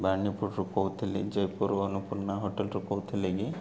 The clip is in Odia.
ବାଣୀପୁରରୁ କହୁଥିଲି ଜୟପୁରରୁ ଅର୍ଣ୍ଣପୂର୍ଣ୍ଣା ହୋଟେଲ୍ରୁ କହୁଥିଲେ କି